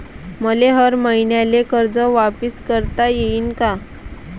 मले हर मईन्याले कर्ज वापिस करता येईन का?